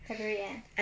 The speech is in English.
february end ah